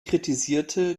kritisierte